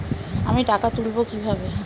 আমি টাকা তুলবো কি ভাবে?